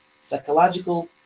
psychological